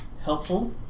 helpful